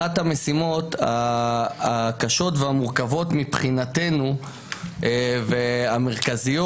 אחת המשימות הקשות והמורכבות מבחינתנו והמרכזיות